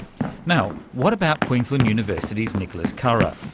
now, what about queensland university's nicholas carah?